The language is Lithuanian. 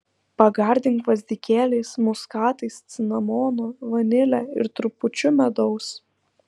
pagardink gvazdikėliais muskatais cinamonu vanile ir trupučiu medaus